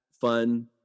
fun